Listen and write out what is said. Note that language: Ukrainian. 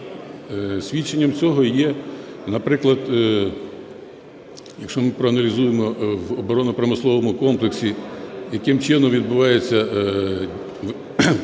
свідченням цього є, наприклад, якщо ми проаналізуємо в оборонно-промисловому комплексі, яким чином відбувається